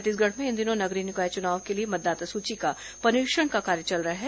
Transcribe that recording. छत्तीसगढ़ में इन दिनों नगरीय निकाय चुनाव के लिए मतदाता सूची पुनरीक्षण का कार्य चल रहा है